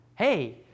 hey